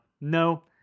No